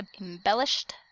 Embellished